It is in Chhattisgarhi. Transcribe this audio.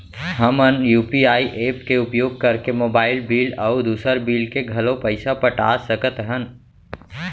हमन यू.पी.आई एप के उपयोग करके मोबाइल बिल अऊ दुसर बिल के घलो पैसा पटा सकत हन